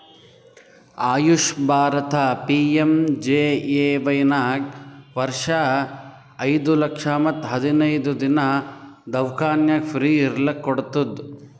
AYUSH Bharat PMJAY ನಾಗ್ ವರ್ಷ ಐಯ್ದ ಲಕ್ಷ ಮತ್ ಹದಿನೈದು ದಿನಾ ದವ್ಖಾನ್ಯಾಗ್ ಫ್ರೀ ಇರ್ಲಕ್ ಕೋಡ್ತುದ್